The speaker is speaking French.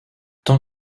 tant